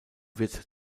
wird